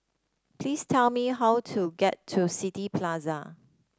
please tell me how to get to City Plaza